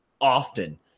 often